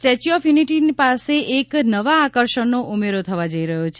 statue of યુનિટીના પાસે એક નવા આકર્ષણનો ઉમેરો થવા જઈ રહ્યો છે